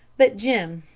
but, jim,